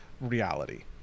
reality